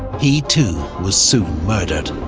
he too was soon murdered.